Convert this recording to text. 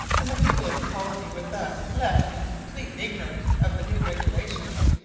and the people of the colony were thus left in complete ignorance of the new regulations.